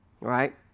right